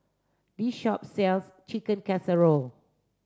this shop sells Chicken Casserole